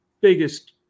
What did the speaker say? biggest